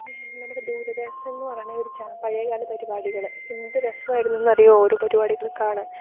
പിന്നെ നമ്മുടെ ദൂരദർശനെന്നു പറയുന്ന പഴയകാല പരിപാടികള് എന്തു രസമായിരുന്നു എന്നറിയുമോ ഓരോ പരിപാടികള് കാണാൻ